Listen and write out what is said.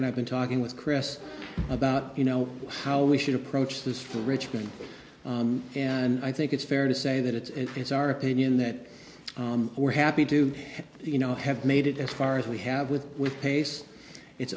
and i've been talking with chris about you know how we should approach this from richmond and i think it's fair to say that it's our opinion that we're happy do you know have made it as far as we have with with pace it's